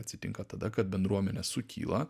atsitinka tada kad bendruomenė sukyla